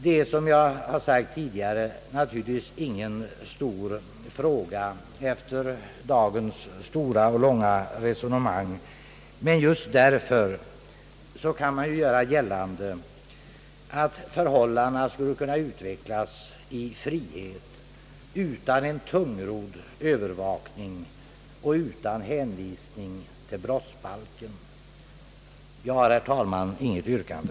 Detta är som jag tidigare sagt naturligtvis ingen stor fråga efter dagens ingående resonemang, men just därför kan man göra gällande att förhållandena skulle kunna utvecklas i frihet utan en tungrodd övervakning och utan hänvisning till brottsbalken. Jag har, herr talman, intet yrkande.